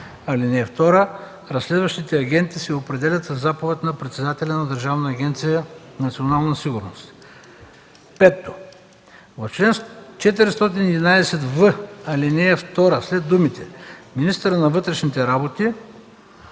агенти. (2) Разследващите агенти се определят със заповед на председателя на Държавна агенция „Национална сигурност“.“ 5. В чл. 411в, ал. 2 след думите „министъра на вътрешните работи“